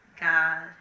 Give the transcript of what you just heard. God